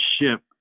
ship